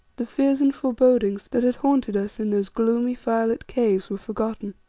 the fears and forebodings that had haunted us in those gloomy, firelit caves were forgotten.